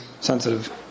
sensitive